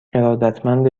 ارادتمند